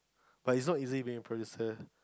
but it's not easy being a producer